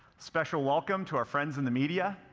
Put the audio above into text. special welcome to our friends in the media.